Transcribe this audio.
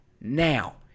Now